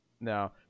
no